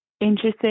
interesting